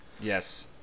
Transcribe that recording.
yes